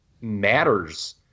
matters